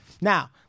now